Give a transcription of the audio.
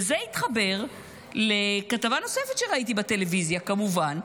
וזה התחבר לכתבה נוספת שראיתי בטלוויזיה, כמובן,